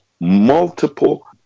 multiple